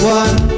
one